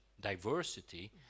diversity